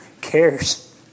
cares